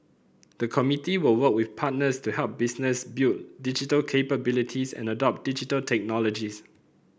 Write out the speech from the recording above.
the committee will work with partners to help businesses build digital capabilities and adopt Digital Technologies